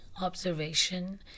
observation